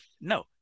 No